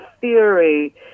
theory